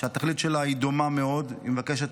שהתכלית שלה היא דומה מאוד: היא מבקשת